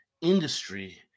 industry